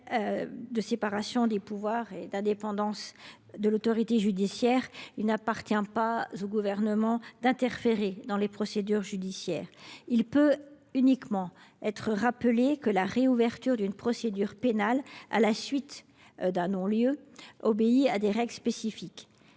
de séparation des pouvoirs et d’indépendance de l’autorité judiciaire – vous le savez –, il n’appartient pas au Gouvernement d’interférer dans les procédures judiciaires. Il peut uniquement être rappelé que la réouverture d’une procédure pénale à la suite d’un non lieu obéit à des règles spécifiques.